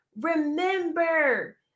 remember